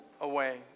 away